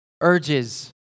urges